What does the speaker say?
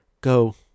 Go